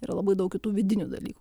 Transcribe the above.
yra labai daug kitų vidinių dalykų